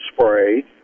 spray